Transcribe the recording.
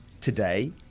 Today